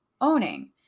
owning